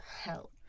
help